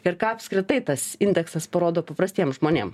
ir ką apskritai tas indeksas parodo paprastiem žmonėm